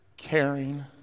Caring